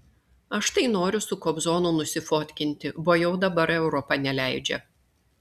aš tai noriu su kobzonu nusifotkinti bo jau dabar europa neleidžia